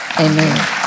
Amen